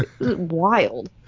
Wild